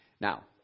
Now